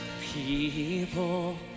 People